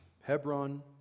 Hebron